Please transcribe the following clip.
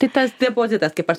tai tas depozitas kaip aš